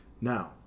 Now